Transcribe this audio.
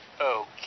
Okay